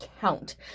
count